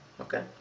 okay